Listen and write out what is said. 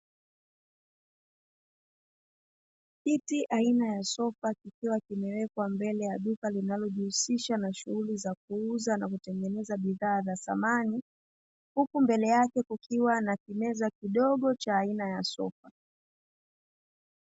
Kiti aina ya sofa kikiwa kimewekwa mbele ya duka linalojihusisha na shughuli za kuuza na kutengeneza bidhaa za samani, huku mbele yake kukiwa na kimeza kidogo cha aina ya sofa.